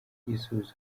igisubizo